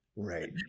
Right